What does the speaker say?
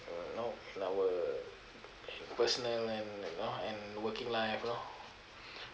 uh you know like our personal and you know and working life loh